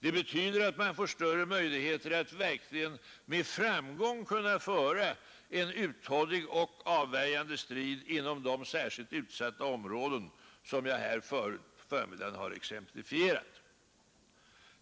Det betyder att man får större möjligheter att verkligen med framgång kunna föra en uthållig och avvärjande strid inom de särskilt utsatta områden som jag här i förmiddags har exemplifierat med.